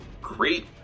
great